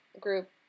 group